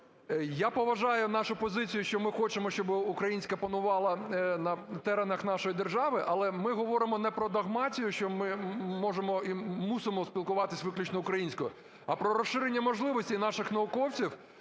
Я поважаю нашу позицію, що ми хочемо, щоб українська панувала на теренах нашої держави. Але ми говоримо не продогмацію, що ми можемо і мусимо спілкуватись виключно українською, а про розширення можливостей наших науковців